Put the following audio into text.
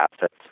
assets